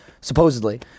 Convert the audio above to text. Supposedly